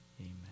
Amen